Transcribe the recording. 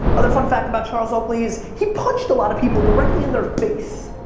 other fun fact about charles oakley is he punched a lot of people directly in their face.